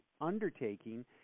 undertaking